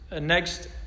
next